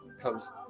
Comes